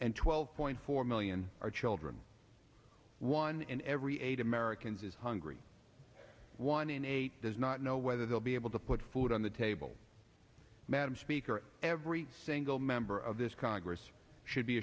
and twelve point four million are children one in every eight americans is hungry one in eight does not know whether they'll be able to put food on the table madam speaker every single member of this congress should be